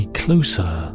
closer